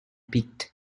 picked